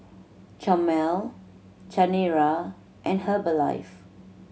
Chomel Chanira and Herbalife